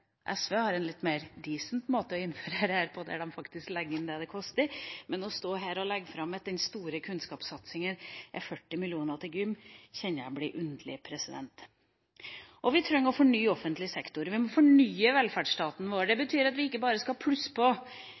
SV har en litt mer «decent» måte å innføre dette på, der de faktisk legger inn det det koster, men å stå her og legge fram at den store kunnskapssatsinga er 40 mill. kr til gym, kjenner jeg blir underlig. Vi trenger også å fornye offentlig sektor. Vi må fornye velferdsstaten vår. Det betyr ikke bare at vi skal plusse på de ordningene vi har, men vi skal